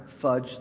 fudge